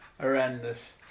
horrendous